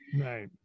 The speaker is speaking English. Right